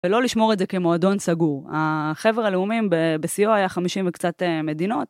ולא לשמור את זה כמועדון סגור. חבר הלאומים בשיאו היה 50 וקצת מדינות.